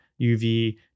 UV